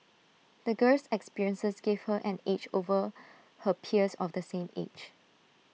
the girl's experiences gave her an edge over her peers of the same age